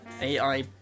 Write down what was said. AI